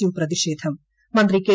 U പ്രതിഷേധംമന്ത്രി K